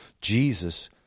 Jesus